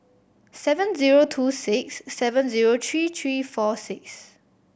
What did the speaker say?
seven zero two six seven zero three three four six